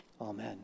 Amen